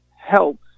help